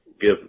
give